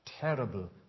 terrible